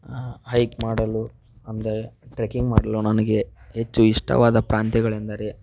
hike ಮಾಡಲು ಅಂದರೆ trekking ಮಾಡಲು ನನಗೆ ಹೆಚ್ಚು ಇಷ್ಟವಾದ ಪ್ರಾಂತ್ಯಗಳೆಂದರೆ